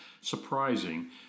surprising